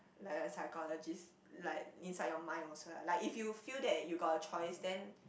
like a psychologist like inside your mind also ah like if you feel that you got a choice then